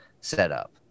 setup